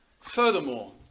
Furthermore